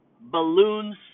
balloons